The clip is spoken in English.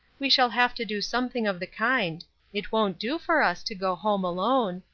we shall have to do something of the kind it won't do for us to go home alone.